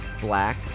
Black